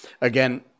Again